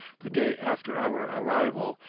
the day after our arrival,